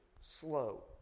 slow